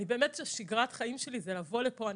באמת שגרת החיים שלי זה לבוא לפה.